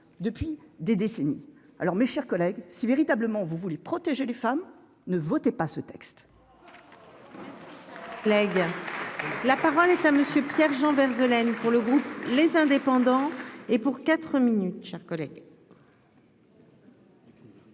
depuis des décennies, alors mes chers collègues, si véritablement vous voulez protéger les femmes ne votaient pas ce texte.